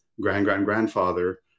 grand-grand-grandfather